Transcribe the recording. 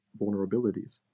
vulnerabilities